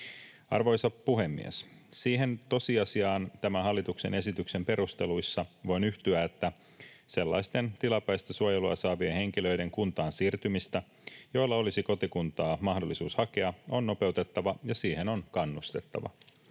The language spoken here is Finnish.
Arvoisa puhemies! Siihen tosiasiaan tämän hallituksen esityksen perusteluissa voin yhtyä, että sellaisten tilapäistä suojelua saavien henkilöiden kuntaan siirtymistä, joilla olisi kotikuntaa mahdollisuus hakea, on nopeutettava ja siihen on kannustettava.